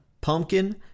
pumpkin